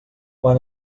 quan